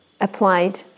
Applied